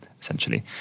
essentially